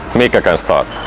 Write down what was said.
miikka can start